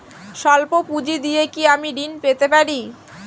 সল্প পুঁজি দিয়ে কি আমি ঋণ পেতে পারি?